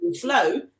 flow